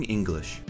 English